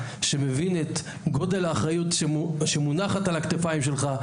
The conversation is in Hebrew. שמבין את גודל האחריות שמונחת על הכתפיים שלך,